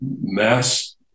mass